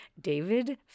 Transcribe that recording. David